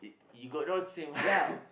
you you got no shame